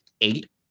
eight